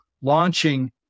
launching